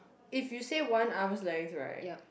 if you one arms length right